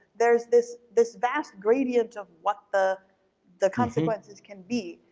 there's this this vast gradient of what the the consequences can be.